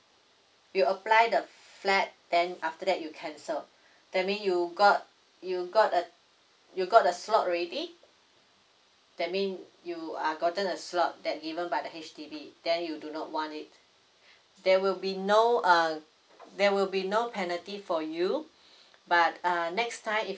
you apply the flat then after that you cancel that mean you got you got a you got a slot ready that mean you are gotten a slot that given by the H_D_B then you do not want it there will be no err there will be no penalty for you but err next time if